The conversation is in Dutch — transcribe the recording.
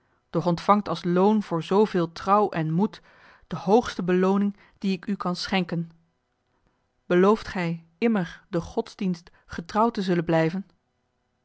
doch ontvangt als loon voor zooveel trouw en moed de hoogste belooning die ik u kan schenken belooft gij immer den godsdienst getrouw te zullen blijven